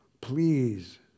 please